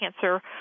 cancer